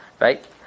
right